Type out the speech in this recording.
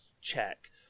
check